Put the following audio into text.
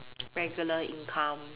regular income